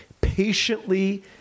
patiently